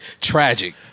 tragic